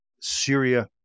Syria